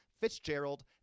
Fitzgerald